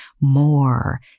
more